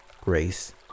grace